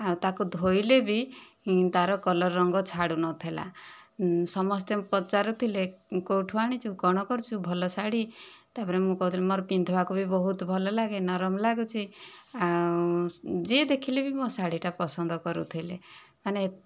ଆଉ ତାକୁ ଧୋଇଲେ ବି ତା'ର କଲର୍ ରଙ୍ଗ ଛାଡ଼ୁ ନଥିଲା ସମସ୍ତେ ପଚାରୁଥିଲେ କେଉଁଠୁ ଆଣିଚୁ କ'ଣ କରିଛୁ ଭଲ ଶାଢ଼ୀ ତା'ପରେ ମୁଁ କହୁଥିଲି ମୋର ପିନ୍ଧିବାକୁ ବି ବହୁତ ଭଲ ଲାଗେ ନରମ ଲାଗୁଛି ଆଉ ଯିଏ ଦେଖିଲେ ବି ମୋ ଶାଢ଼ୀଟା ପସନ୍ଦ କରୁଥିଲେ ମାନେ